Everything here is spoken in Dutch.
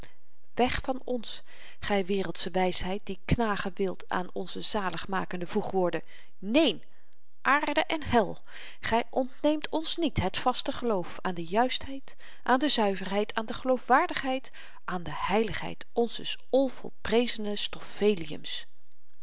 weg van ons gy wereldsche wysheid die knagen wilt aan onze zaligmakende voegwoorden neen aarde en hel gy ontneemt ons niet het vast geloof aan de juistheid aan de zuiverheid aan de geloofwaardigheid aan de heiligheid onzes onvolprezenen stoffeliums